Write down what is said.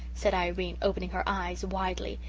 said irene, opening her eyes widely.